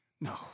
No